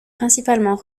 principalement